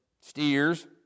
steers